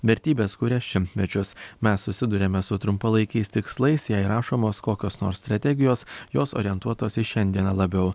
vertybes kuria šimtmečius mes susiduriame su trumpalaikiais tikslais jei rašomos kokios nors strategijos jos orientuotos į šiandieną labiau